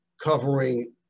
covering